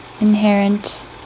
inherent